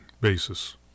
basis